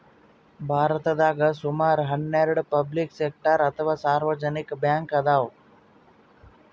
ಭಾರತದಾಗ್ ಸುಮಾರ್ ಹನ್ನೆರಡ್ ಪಬ್ಲಿಕ್ ಸೆಕ್ಟರ್ ಅಥವಾ ಸಾರ್ವಜನಿಕ್ ಬ್ಯಾಂಕ್ ಅದಾವ್